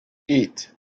eight